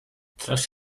tras